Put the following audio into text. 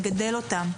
לגדל אותם.